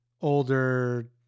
older